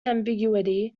ambiguity